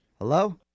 Hello